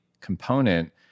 component